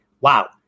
wow